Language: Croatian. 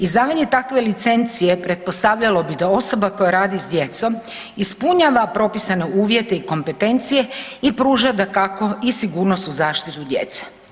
Izdavanje takve licencije pretpostavljalo bi da osoba koja radi s djecom ispunjava propisane uvjete i kompetencije i pruža dakako i sigurnost u zaštitu djece.